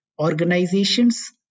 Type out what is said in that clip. organizations